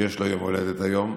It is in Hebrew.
שיש לו יום הולדת היום.